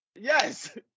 Yes